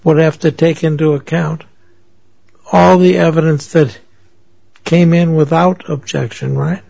would have to take into account all the evidence that came in without objection right